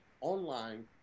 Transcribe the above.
online